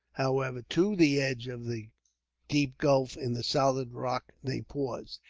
however, to the edge of the deep gulf in the solid rock, they paused.